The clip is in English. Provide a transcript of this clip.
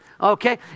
Okay